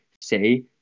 say